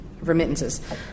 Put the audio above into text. remittances